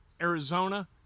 Arizona